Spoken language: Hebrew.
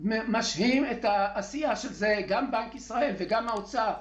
משהים את העשייה של זה, גם בנק ישראל וגם האוצר.